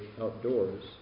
outdoors